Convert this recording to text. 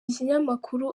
kinyamakuru